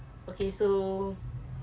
okay so